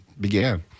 began